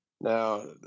Now